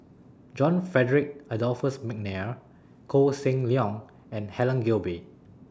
John Frederick Adolphus Mcnair Koh Seng Leong and Helen Gilbey